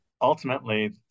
ultimately